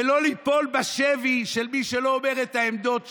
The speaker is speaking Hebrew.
ולא ליפול בשבי של מי שלא אומר את העמדות שלו,